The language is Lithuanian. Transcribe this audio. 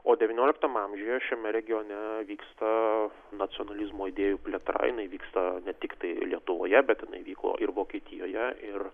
o devynioliktame amžiuje šiame regione vyksta nacionalizmo idėjų plėtra jinai vyksta ne tiktai lietuvoje bet jinai vyko ir vokietijoje ir